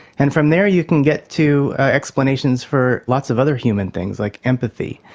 and from there you can get to explanations for lots of other human things, like empathy,